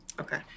Okay